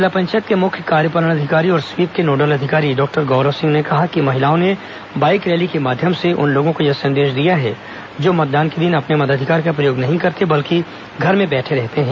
जिला पंचायत के मुख्य कार्यपालन अधिकारी और स्वीप के नोडल अधिकारी डॉक्टर गौरव सिंह ने कहा कि महिलाओं ने बाइक रैली के माध्यम से उन लोगों को यह संदेश दिया है जो मतदान के दिन अपने मताधिकार का प्रयोग नही करते बल्कि घर में बैठे रहते है